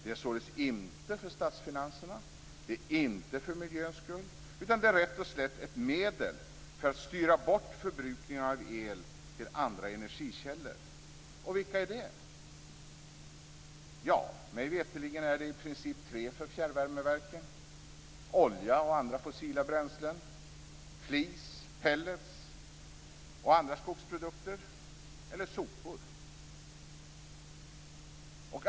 Det är således inte för statsfinanserna eller för miljöns skull som man gör så här. Det är rätt och slätt ett medel för att styra bort förbrukningen av el till andra energikällor. Vilka är det? Mig veterligen är de i princip tre för fjärrvärmeverken: olja och andra fossila bränslen, flis, pelletar och andra skogsprodukter eller sopor.